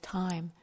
time